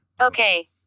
Okay